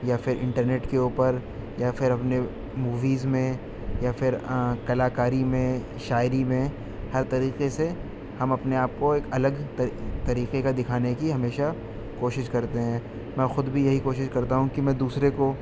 یا پھر انٹرنیٹ کے اوپر یا پھر اپنے موویز میں یا پھر کلاکاری میں شاعری میں ہر طریقہ سے ہم اپنے آپ کو ایک الگ طریقہ کا دکھانے کی ہمیشہ کوشش کرتے ہیں میں خود بھی یہی کوشش کرتا ہوں کہ میں دوسرے کو